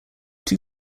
two